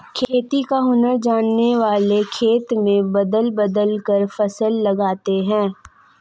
खेती का हुनर जानने वाले खेत में बदल बदल कर फसल लगाते हैं